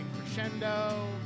crescendo